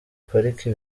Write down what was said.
pariki